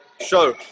show